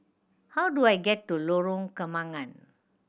how do I get to Lorong Kembagan